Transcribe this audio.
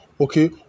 okay